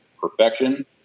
perfection